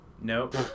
Nope